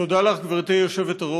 תודה לך, גברתי היושבת-ראש.